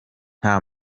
nta